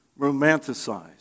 romanticized